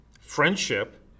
friendship